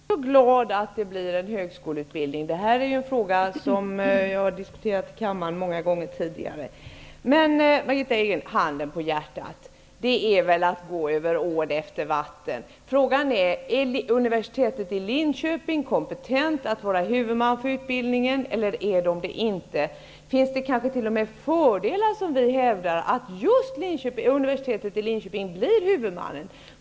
Herr talman! Också jag är glad över att det blir en högskoleutbildning. Den här frågan har tidigare diskuterats i kammaren många gånger. Men handen på hjärtat, Margitta Edgren, detta är väl att gå över ån efter vatten! Frågan är om huruvida universitet i Linköping är kompetent att vara huvudman för denna utbildning eller inte. Finns det kanske -- som vi hävdar -- fördelar med att just universitetet i Linköping blir huvudman?